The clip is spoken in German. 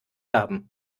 haben